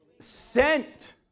Sent